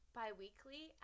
bi-weekly